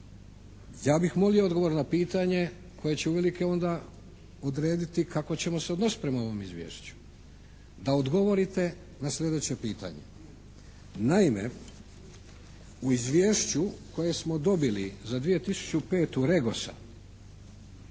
ja bih molio odgovor na pitanje koje će uvelike onda odrediti kako ćemo se odnositi prema ovom izvješću, da odgovorite na sljedeće pitanje. Naime, u izvješću koje smo dobili za 2005. REGOS-a